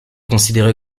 considéré